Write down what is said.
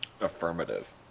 Affirmative